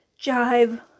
jive